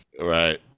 right